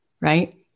right